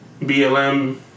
BLM